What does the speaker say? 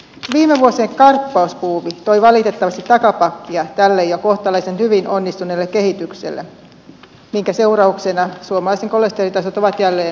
viime vuosien karppausbuumi toi valitettavasti takapakkia tälle jo kohtalaisen hyvin onnistuneelle kehitykselle minkä seurauksena suomalaisten kolesterolitasot ovat jälleen nousussa